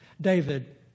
David